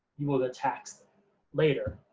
you will get taxed later.